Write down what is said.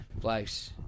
place